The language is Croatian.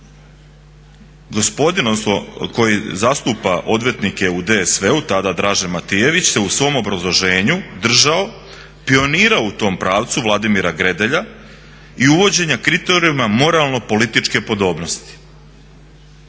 Gospodin koji zastupa odvjetnike u DSV-u, tada Dražen Matijević se u svom obrazloženju držao pionira u tom pravcu Vladimira Gredelja i uvođenja kriterija moralno političke podobnosti.